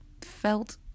felt